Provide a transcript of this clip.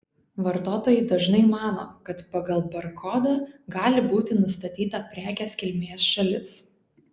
vartotojai dažnai mano kad pagal barkodą gali būti nustatyta prekės kilmės šalis